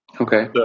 Okay